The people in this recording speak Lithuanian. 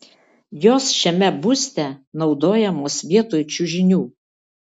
jos šiame būste naudojamos vietoj čiužinių